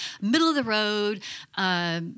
middle-of-the-road